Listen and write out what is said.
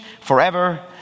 forever